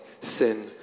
sin